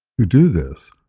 to do this,